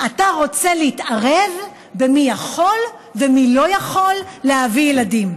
אתה רוצה להתערב במי יכול ומי לא יכול להביא ילדים.